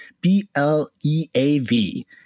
B-L-E-A-V